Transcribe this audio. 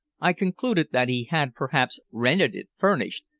i concluded that he had perhaps rented it furnished,